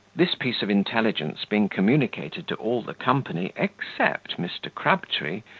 this piece of intelligence being communicated to all the company except mr. crabtree,